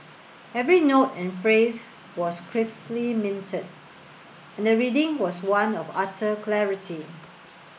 every note and phrase was crisply minted and the reading was one of utter clarity